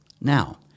Now